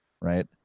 right